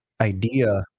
idea